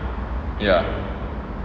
ya